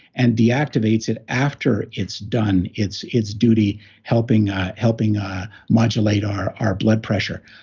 and deactivates it after it's done its its duty helping ah helping ah modulate our our blood pressure